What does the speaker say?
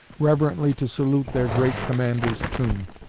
reverently to salute their great commander's tomb.